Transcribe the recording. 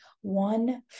one